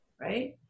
right